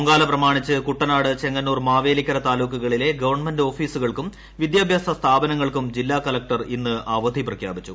പൊങ്കാല പ്രമാണിച്ച് കുട്ടനാട് ചെങ്ങ്ണൂർ മാവേലിക്കര താലൂക്കുകളിലെ ഗവൺമെന്റ് ഓഫീസ്ക്ൾക്കും വിദ്യാഭ്യാസ സ്ഥാപനങ്ങൾക്കും ജില്ലാ കളക്ടർ ഇന്ന് പ്രഅവധി പ്രഖ്യാപിച്ചു